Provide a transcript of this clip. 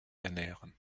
ernähren